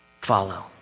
follow